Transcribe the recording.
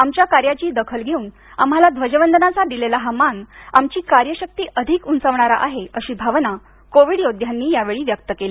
आमच्या कार्याची दाखल घेऊन आम्हाला ध्वजवंदनाच दिलेला हा मान आमची कार्यशक्ती अधिक उंचावणारा आहे अशी भावना कोविड योद्ध्यांनी यावेळी व्यक्त केली